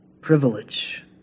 privilege